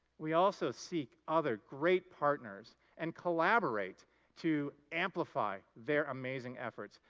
we also seek other great partners and collaborate to amplify their amazing efforts.